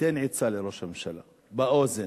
תיתן עצה לראש הממשלה, באוזן,